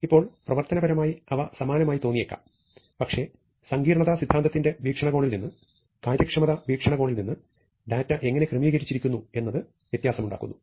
ഇപ്പോൾ പ്രവർത്തനപരമായി അവ സമാനമായി തോന്നിയേക്കാം പക്ഷേ സങ്കീർണ്ണത സിദ്ധാന്ത ത്തിന്റെ വീക്ഷണകോണിൽ നിന്ന് കാര്യക്ഷമത വീക്ഷണകോണിൽ നിന്ന് ഡാറ്റ എങ്ങനെ ക്രമീകരിച്ചിരിക്കുന്നു എന്നത് വ്യത്യാസമുണ്ടാക്കുന്നു